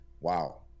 Wow